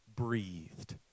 breathed